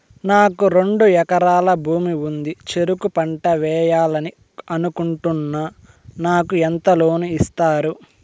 నాకు రెండు ఎకరాల భూమి ఉంది, చెరుకు పంట వేయాలని అనుకుంటున్నా, నాకు ఎంత లోను ఇస్తారు?